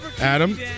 Adam